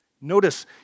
Notice